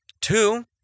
Two